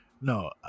no